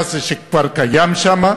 המרכז שכבר קיים שם.